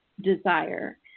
desire